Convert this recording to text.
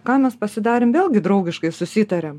ką mes pasidarėm vėlgi draugiškai susitarėm